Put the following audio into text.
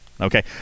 okay